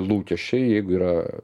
lūkesčiai jeigu yra